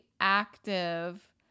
active